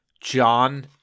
John